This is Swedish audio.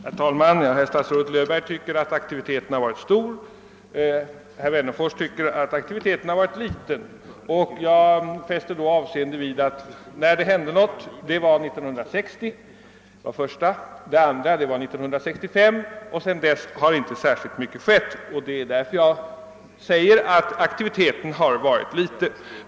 Herr talman! Statsrådet Löfberg tycker att aktiviteten har varit stor; jag tycker att den har varit liten. Jag fäster då avseende vid att första gången någonting hände på detta område var 1960 och sedan hände det något 1965. Sedan dess har emellertid inte mycket inträffat.